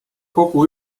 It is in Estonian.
kogu